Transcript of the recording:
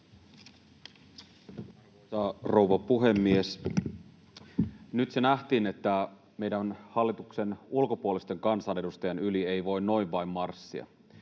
Arvoisa rouva puhemies! Nyt se nähtiin, että meidän hallituksen ulkopuolisten kansanedustajien yli ei voi noin vain marssia.